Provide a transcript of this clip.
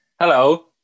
hello